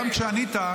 גם כשענית,